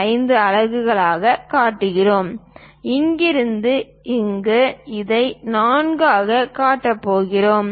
5 அலகுகளாகக் காட்டுகிறோம் இங்கிருந்து இங்கிருந்து இதை 4 ஆகக் காட்டப் போகிறோம்